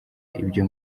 ibyo